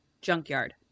junkyard